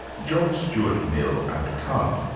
john stuart mill and kant.